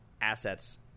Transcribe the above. assets